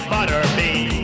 Butterbean